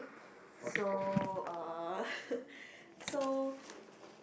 so uh so